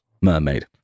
Mermaid